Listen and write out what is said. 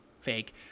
fake